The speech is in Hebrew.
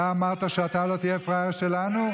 אתה אמרת שלא תהיה פראייר שלנו?